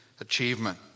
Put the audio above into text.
achievement